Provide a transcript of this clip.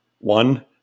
One